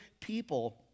people